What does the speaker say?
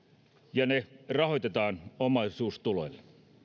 ja ne rahoitetaan omaisuustuloilla